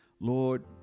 Lord